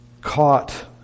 caught